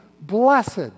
blessed